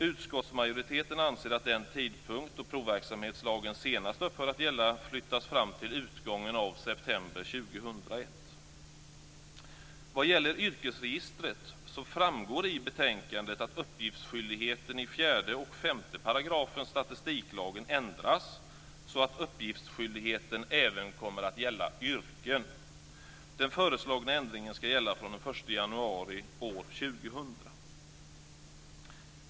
Utskottsmajoriteten anser att den tidpunkt då provverksamhetslagen senast upphör att gälla bör flyttas fram till utgången av september år 2001. Vad gäller yrkesregistret framgår det i betänkandet att uppgiftsskyldigheten i 4 och 5 §§ statistiklagen ändras så att uppgiftsskyldigheten även kommer att gälla yrken. Den föreslagna ändringen ska gälla från den 1 januari år 2000.